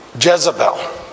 Jezebel